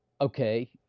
Okay